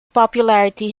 popularity